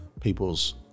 people's